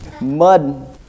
mud